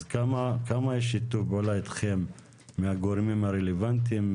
אז כמה יש שיתוף פעולה אתכם מהגורמים הרלוונטיים,